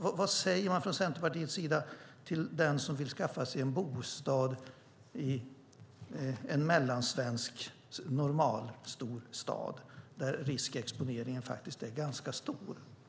Vad säger man från Centerpartiets sida till den som vill skaffa sig en bostad i en mellansvensk normalstor stad där riskexponeringen är stor?